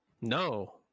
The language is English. No